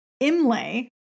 Imlay